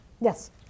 Yes